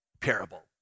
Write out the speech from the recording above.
parable